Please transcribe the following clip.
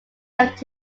left